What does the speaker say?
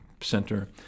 center